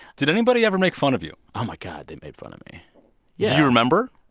did anybody ever make fun of you? oh, my god, they made fun of me. yeah do you remember?